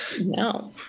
No